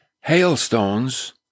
hailstones